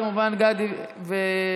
כמובן, גדי ועידן.